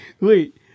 Wait